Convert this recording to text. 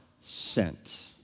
sent